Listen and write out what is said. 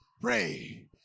Pray